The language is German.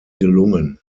gelungen